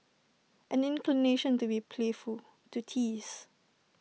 an inclination to be playful to tease